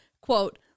quote